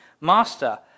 Master